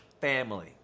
family